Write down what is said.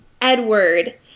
Edward